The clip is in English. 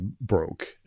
broke